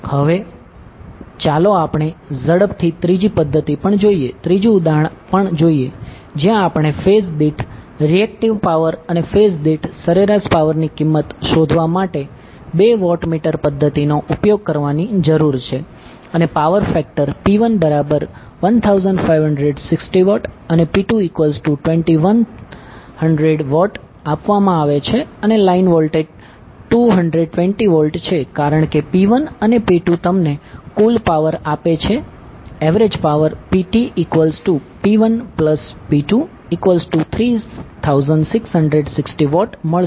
હવે ચાલો આપણે ઝડપથી ત્રીજી પધ્ધતિ પણ જોઈએ ત્રીજું ઉદાહરણ પણ જોઈએ જ્યાં આપણે ફેઝ દીઠ રીએકટીવ પાવર અને ફેઝ દીઠ સરેરાશ પાવરની કિંમત શોધવા માટે બે વોટમીટર પદ્ધતિનો ઉપયોગ કરવાની જરૂર છે અને પાવર ફેક્ટર P11560W અને P22100W આપવામાં આવે છે અને લાઈન વોલ્ટેજ 220 વોલ્ટ છે કારણ કે P 1 અને P 2 તમને કુલ પાવર આપે છે એવરેજ પાવર PTP1P23660W મળશે